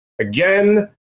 Again